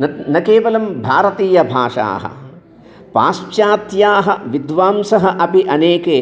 न न केवलं भारतीयभाषाः पाश्चात्याः विद्वाम्सः अपि अनेके